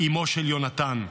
אימו של יונתן,